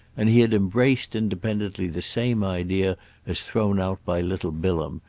and he had embraced independently the same idea as thrown out by little bilham,